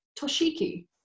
toshiki